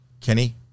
Kenny